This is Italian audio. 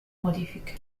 modifiche